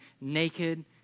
naked